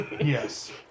Yes